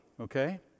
okay